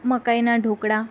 મકાઈનાં dhokla